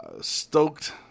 Stoked